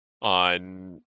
on